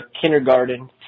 kindergarten